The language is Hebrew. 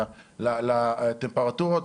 לטמפרטורות,